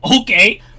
okay